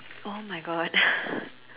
!oh-my-God!